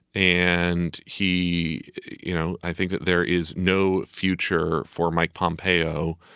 and he you know, i think that there is no future for mike pompeo.